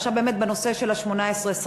בנושא של 18 21,